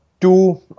Two